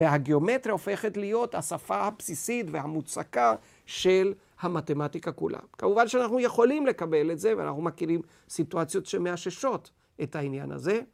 ‫והגיאומטריה הופכת להיות ‫השפה הבסיסית והמוצקה ‫של המתמטיקה כולה. ‫כמובן שאנחנו יכולים לקבל את זה, ‫ואנחנו מכירים סיטואציות שמאששות ‫את העניין הזה.